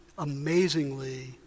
amazingly